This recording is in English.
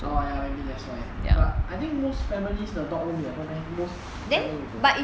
oh I agree that's why but I think most families 的 dog won't be at home meh most family won't be